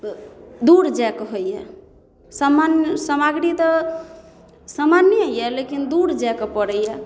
दूर जाएके होइया सामान्य सामग्री तऽ सामान्ये यऽ लेकिन दूर जाएके पड़ैया